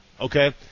Okay